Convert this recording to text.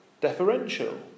deferential